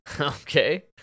Okay